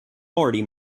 already